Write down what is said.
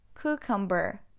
cucumber